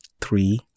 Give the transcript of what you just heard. three